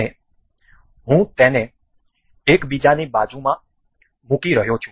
અને હું તેને એકબીજાની બાજુમાં મૂકી રહ્યો છું